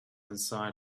inside